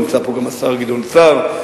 נמצא פה גם השר גדעון סער,